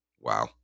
wow